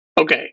Okay